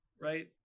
right